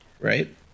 right